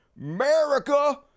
America